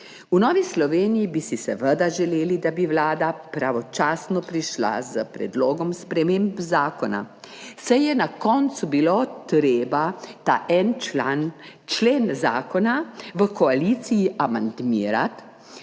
V Novi Sloveniji bi si seveda želeli, da bi Vlada pravočasno prišla s predlogom sprememb zakona, saj je bilo na koncu treba člen zakona v koaliciji amandmirati,